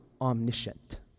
omniscient